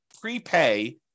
prepay